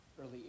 early